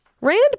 Rand